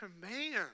command